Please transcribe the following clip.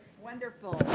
wonderful.